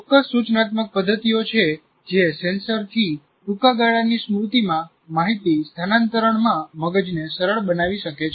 ચોક્કસ સૂચનાત્મક પદ્ધતિઓ છે જે સેન્સરથી ટૂંકા ગાળાની સ્મૃતિમાં માહિતી સ્થાનાંતરણમાં મગજને સરળ બનાવી શકે છે